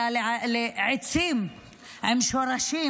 אלא עצים עם שורשים,